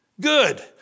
Good